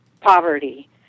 poverty